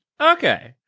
Okay